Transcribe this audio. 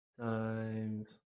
times